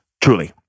Truly